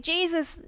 Jesus